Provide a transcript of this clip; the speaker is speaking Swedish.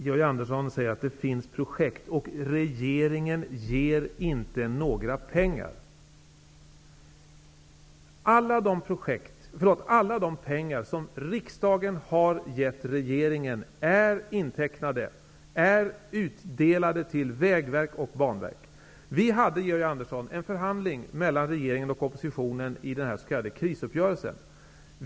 Georg Andersson säger att det finns projekt och att regeringen inte ger några pengar till dessa. Alla de pengar som riksdagen har gett regeringen är intecknade och utdelade till Vägverket och Vi hade, Georg Andersson, en förhandling mellan regeringen och oppositionen i den s.k. krisuppgörelsen.